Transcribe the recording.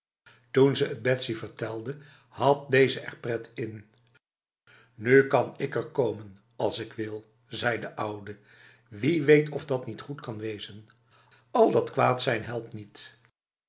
toen ze het betsy vertelde had deze er pret in nu kan ik er komen als ik wil zei de oude wie weet of dat niet goed kan wezen al dat kwaad zijn helpt niet